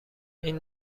این